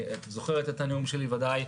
את ודאי זוכרת את הנאום שלי,